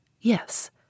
Yes